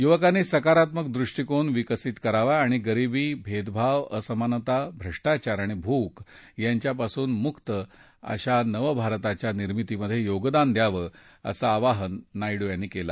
युवकांनी सकारात्मक दृष्टीकोन विकसित करावा आणि गरिबी भेदभाव असमानता भ्रष्टाचार आणि भूक यांच्यापासून मुक्त अशा नवभारताच्या निर्मितीमध्ये योगदान द्यावं असं आवाहन नायडू यांनी केलं